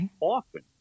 often